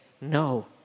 no